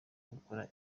gukora